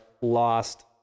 lost